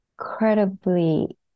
incredibly